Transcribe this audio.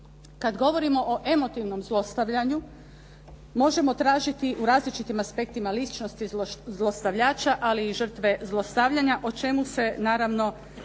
Kad govorimo o emotivnom zlostavljanju, možemo tražiti u različitim aspektima ličnosti zlostavljača, ali i žrtve zlostavljanja, o čemu se naravno